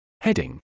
Heading